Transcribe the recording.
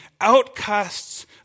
outcasts